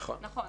נכון.